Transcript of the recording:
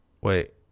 Wait